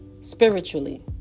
Spiritually